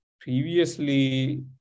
previously